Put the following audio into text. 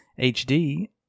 hd